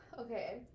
Okay